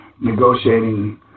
negotiating